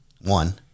one